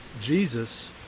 Jesus